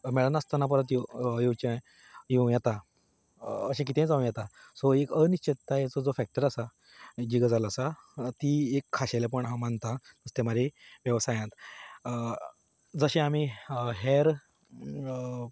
मेळ नासतना परत येव येवचें येवं येता अशें कितेंय जावं येता सो एक अनिश्चतायेचो जो फॅक्टर आसा आनी जी गजाल आसा ती एक खाशेलेंपण म्हूण हांव मानतां नुस्तेंमारी वेवसायांत जशें आमी हेर